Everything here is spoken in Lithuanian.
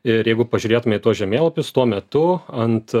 ir jeigu pažiūrėtume į tuos žemėlapius tuo metu ant